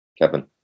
Kevin